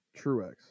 Truex